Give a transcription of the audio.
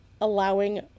allowing